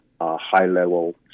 high-level